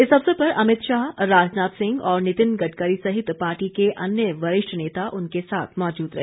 इस अवसर पर अमित शाह राजनाथ सिंह और नितिन गड़करी सहित पार्टी के अन्य वरिष्ठ नेता उनके साथ मौजूद रहे